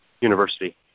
university